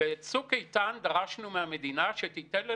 שר הביטחון, מר גנץ, הגיש טיוטת צו שירות